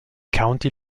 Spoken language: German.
county